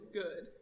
good